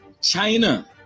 China